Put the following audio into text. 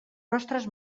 nostres